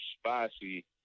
spicy